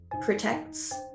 protects